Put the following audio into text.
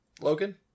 Logan